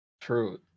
True